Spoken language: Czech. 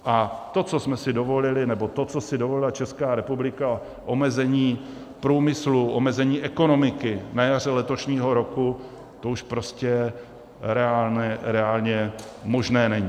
A to, co jsme si dovolili, nebo to, co si dovolila Česká republika, omezení průmyslu, omezení ekonomiky na jaře letošního roku, to už prostě reálně možné není.